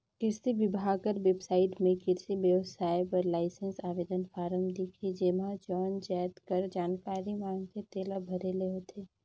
किरसी बिभाग कर बेबसाइट में किरसी बेवसाय बर लाइसेंस आवेदन फारम दिखही जेम्हां जउन जाएत कर जानकारी मांगथे तेला भरे ले होथे